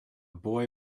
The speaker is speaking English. boy